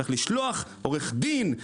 צריך לשלוח עורך דין,